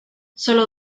sólo